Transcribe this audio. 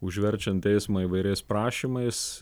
užverčiant teismą įvairiais prašymais